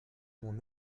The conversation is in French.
mon